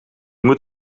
moet